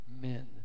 men